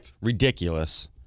Ridiculous